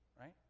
right